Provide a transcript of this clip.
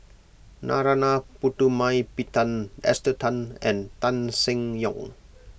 Narana Putumaippittan Esther Tan and Tan Seng Yong